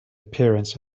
appearance